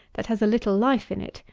that has a little life in it,